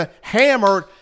hammered